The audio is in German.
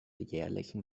jährlichen